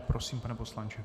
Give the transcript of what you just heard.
Prosím, pane poslanče.